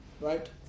Right